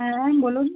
হ্যাঁ বলুন